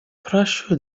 прошу